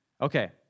Okay